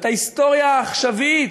את ההיסטוריה העכשווית,